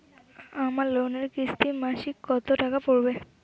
আমার লোনের কিস্তি মাসিক কত টাকা পড়বে?